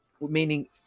Meaning